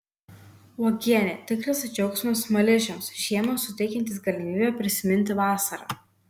uogienė tikras džiaugsmas smaližiams žiemą suteikiantis galimybę prisiminti vasarą